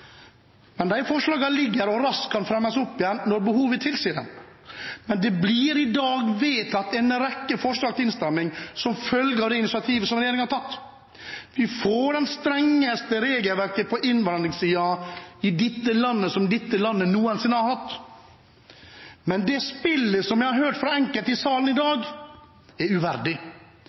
men forslagene ligger her og kan raskt fremmes igjen når behovet tilsier det. Men det blir i dag vedtatt en rekke forslag til innstramning som følge av det initiativet som regjeringen har tatt. Vi får det strengeste regelverket på innvandringssiden som dette landet noensinne har hatt. Men det spillet som jeg har hørt fra enkelte i salen i dag, er uverdig